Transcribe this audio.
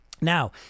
Now